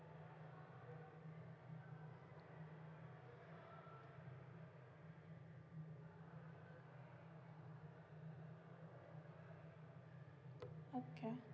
okay